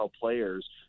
players